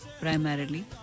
primarily